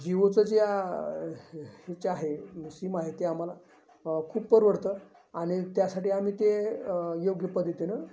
जिओचं ज्या ह्याच्या आहे सीम आहे ते आम्हाला खूप परवडतं आणि त्यासाठी आम्ही ते योग्य पद्धतीनं